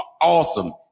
awesome